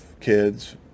kids